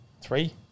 Three